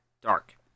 dark